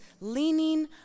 leaning